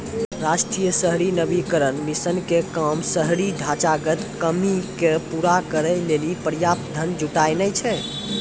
राष्ट्रीय शहरी नवीकरण मिशन के काम शहरी ढांचागत कमी के पूरा करै लेली पर्याप्त धन जुटानाय छै